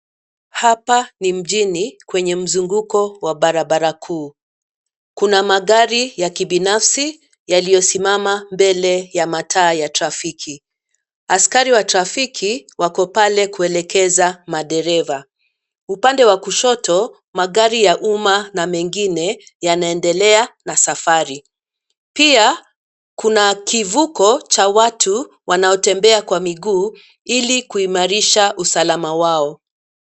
Hapa ni mjini kwenye mzunguko wa barabara kuu. Kuna magari ya kibinafsi yaliyosimama mbele ya mataa ya trafiki . Askari wa trafiki wako pale kuelekeza madereva. Upande wa kushoto, magari ya umma na mengine yanaendelea na safari. Pia kuna kivuko cha watu wanaotembea kwa miguu ili kuimarisha usalama wao.